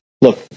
Look